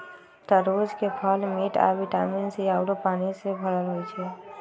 तरबूज के फल मिठ आ विटामिन सी आउरो पानी से भरल होई छई